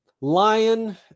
lion